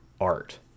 art